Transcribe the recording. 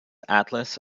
atlas